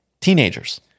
Teenagers